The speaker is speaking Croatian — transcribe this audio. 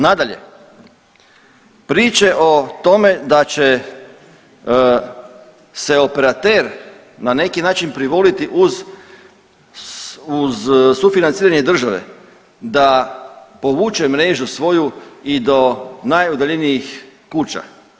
Nadalje, priče o tome da će se operater na neki način privoliti uz sufinanciranje države da povuče mrežu svoju i do najudaljenijih kuća.